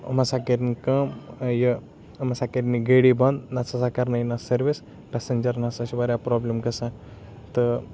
یِم ہَسا کرن کٲم یہِ یِم ہَسا کٔرِنۍ یہِ گٲڑی بَنٛد نَتہٕ ہَسا کَرنٲوٕنۍ یتھ سروِس پیٚسَنجَرَن ہَسا چھ واریاہ پرابلِم گَژھان تہٕ